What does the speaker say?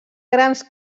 grans